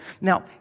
Now